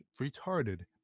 Retarded